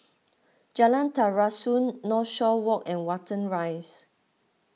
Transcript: Jalan Terusan Northshore Walk and Watten Rise